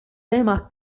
tema